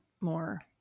more